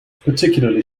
particularly